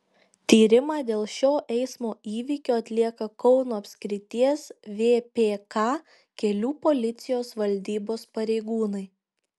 tyrimą dėl šio eismo įvykio atlieka kauno apskrities vpk kelių policijos valdybos pareigūnai